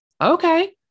okay